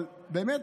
אבל באמת,